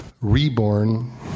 Reborn